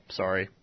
sorry